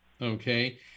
okay